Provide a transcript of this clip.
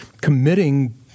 committing